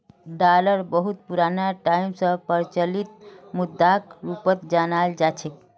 डालरक बहुत पुराना टाइम स प्रचलित मुद्राक रूपत जानाल जा छेक